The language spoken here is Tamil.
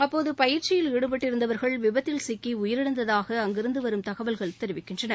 அப்போது பயிற்சியில் ஈடுபட்டிருந்தவர்கள் விபத்தில் சிக்கி உயிரிழந்ததாக அங்கிருந்து வரும் தகவல்கள் தெரிவிக்கின்றன